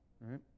right